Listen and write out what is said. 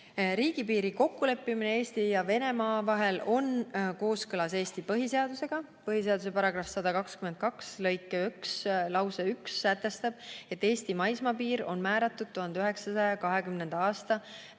Riigipiiri kokkuleppimine Eesti ja Venemaa vahel on kooskõlas Eesti põhiseadusega. Põhiseaduse § 122 lõike 1 lause 1 sätestab, et Eesti maismaapiir on määratud 1920. aasta